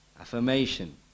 Affirmation